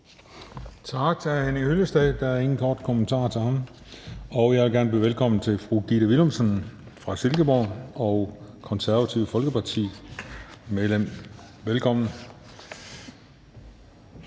Tak til hr. Henning Hyllested. Der er ingen korte bemærkninger til ham. Jeg vil gerne byde velkommen til fru Gitte Willumsen fra Silkeborg og medlem af Det Konservative Folkeparti. Velkommen.